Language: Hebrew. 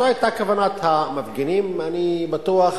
זו היתה כוונת המפגינים, ואני בטוח